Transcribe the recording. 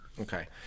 Okay